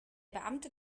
beamte